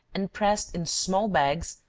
and pressed in small bags,